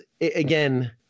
again